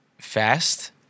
Fast